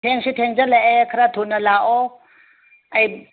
ꯊꯦꯡꯁꯨ ꯊꯦꯡꯖꯜꯂꯛꯑꯦ ꯈꯔ ꯊꯨꯅ ꯂꯥꯛꯑꯣ ꯑꯩ